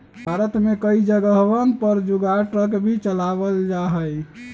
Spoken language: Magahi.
भारत में कई जगहवन पर जुगाड़ ट्रक भी चलावल जाहई